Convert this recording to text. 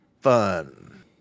fun